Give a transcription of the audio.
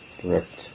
direct